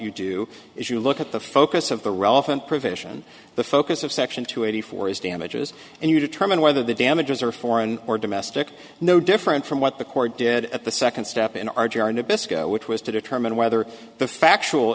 you do is you look at the focus of the relevant provision the focus of section two eighty four is damages and you determine whether the damages are foreign or domestic no different from what the court did at the second step in r g r nabisco which was to determine whether the factual